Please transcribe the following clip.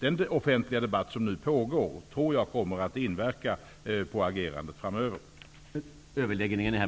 Den offentliga debatt som nu pågår tror jag kommer att inverka på agerandet framöver.